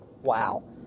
wow